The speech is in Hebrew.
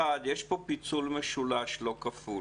אחד, יש פה פיצול משולש, לא כפול